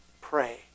pray